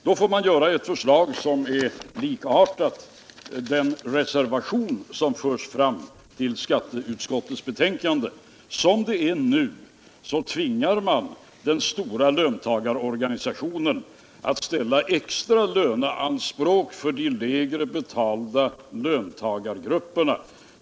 Då får man göra ett förslag som är likartat förslaget i den reservation som har fogats till skatteutskottets betänkande nr 14. Som det nu är tvingar man den stora löntagarorganisationen att ställa extra löneanspåk för de lägre betalda löntagargrupperna.